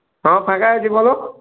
হ্যাঁ ফাঁকা আছি বলো